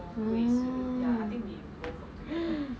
oh